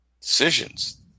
decisions